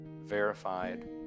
verified